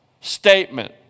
statement